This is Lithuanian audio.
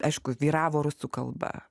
aišku vyravo rusų kalba